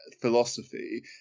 philosophy